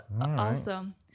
awesome